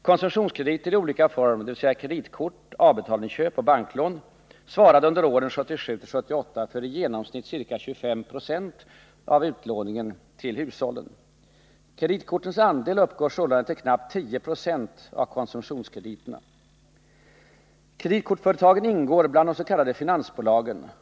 Konsumtionskrediter i olika former, dvs. kreditkort, avbetalningsköp och banklån, svarade under åren 1977-1978 för i genomsnitt ca 25 Jo av utlåningen till hushållen. Kreditkortens andel uppgår sålunda till knappt 10 26 av konsumtionskrediterna. Kreditkortsföretagen ingår bland de s.k. finansbolagen.